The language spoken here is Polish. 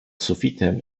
sufitem